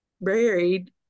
buried